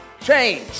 change